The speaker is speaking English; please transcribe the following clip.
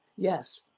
Yes